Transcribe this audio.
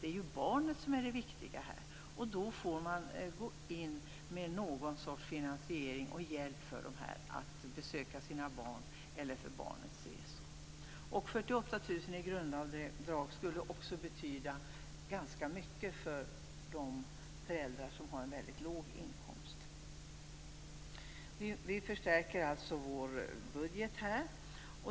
Det är ju barnet som är det viktiga här, och därför måste man gå in med någon sorts finansiering så att dessa föräldrar kan besöka sina barn eller också för barnets resor. 48 000 i grundavdrag skulle också betyda ganska mycket för de föräldrar som har en låg inkomst. Miljöpartiet förstärker alltså sin budget här.